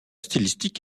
stylistique